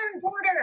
border